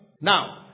Now